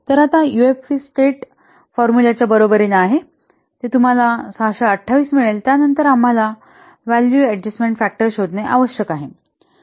तर आता UFP state फॉर्मुल्याच्या बरोबरीने आहे हे तुम्हाला 628 मिळेल त्यानंतर आम्हाला व्हॅल्यू अडजस्टमेन्ट फॅक्टर शोधणे आवश्यक आहे